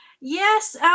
yes